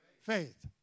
faith